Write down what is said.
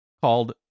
called